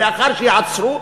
לאחר שייעצרו,